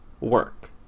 work